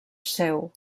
seu